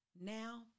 Now